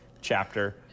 chapter